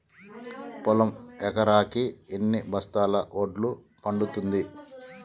పొలం ఎకరాకి ఎన్ని బస్తాల వడ్లు పండుతుంది?